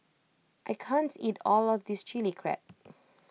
I can't eat all of this Chili Crab